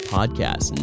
Podcast